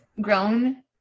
grown